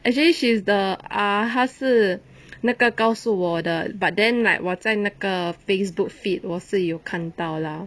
actually she's the ah 她是那个告诉我的 but then like 我在那个 facebook feed 我是有看到 lah